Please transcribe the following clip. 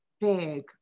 big